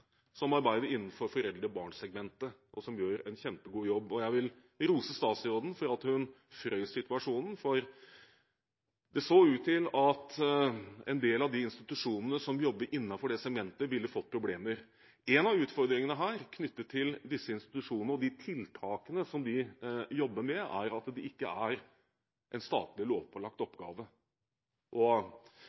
som arbeider innenfor foreldre–barn-segmentet, og som gjør en kjempegod jobb. Jeg vil rose statsråden for at hun frøs situasjonen, for det så ut til at en del av de institusjonene som jobber innenfor dette segmentet, ville fått problemer. En av utfordringene knyttet til disse institusjonene og de tiltakene som de jobber med, er at det ikke er en statlig lovpålagt oppgave. Jeg vil invitere både interpellanten og